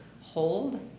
hold